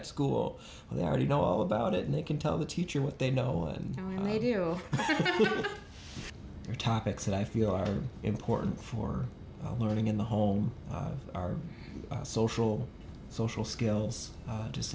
at school they already know all about it and they can tell the teacher what they know and maybe you are topics that i feel are important for learning in the home of our social social skills just